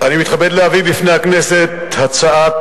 אבל אם אנחנו רוצים באמת לסייע דווקא לאוכלוסיות שזקוקות לסיוע,